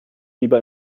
lieber